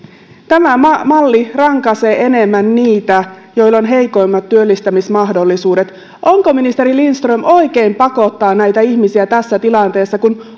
tämä malli rankaisee enemmän niitä joilla on heikommat työllistymismahdollisuudet onko ministeri lindström oikein pakottaa näitä ihmisiä tässä tilanteessa kun